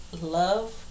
love